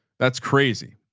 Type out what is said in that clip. that's crazy.